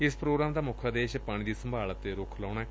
ਇਸ ਪ੍ਰੋਗਰਾਮ ਦਾ ਮੁੱਖ ਉਦੇਸ਼ ਪਾਣੀ ਦੀ ਸੰਭਾਲ ਅਤੇ ਰੁੱਖ ਲਾਉਣਾ ਏ